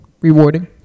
rewarding